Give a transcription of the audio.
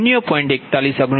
4169 p